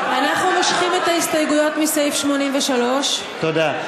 אנחנו מושכים את ההסתייגויות לסעיף 83. תודה.